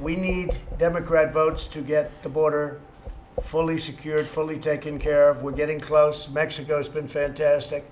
we need democrat votes to get the border fully secured, fully taken care of. we're getting close. mexico has been fantastic.